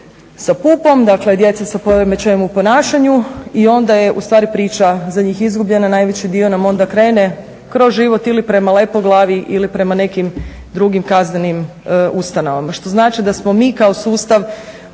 sa pupom, dakle djeca sa poremećajem u ponašanju i onda je u stvari priča za njih izgubljena. Najveći dio nam onda krene kroz život ili prema Lepoglavi ili prema nekim drugim kaznenim ustanovama što znači da smo mi kao sustav